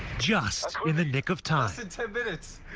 just in the nick of time in ten minutes.